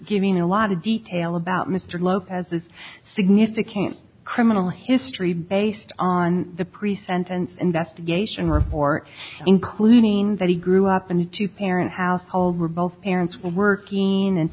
giving a lot of detail about mr lopez's significant criminal history based on the pre sentence investigation report including that he grew up in a two parent household where both parents were working and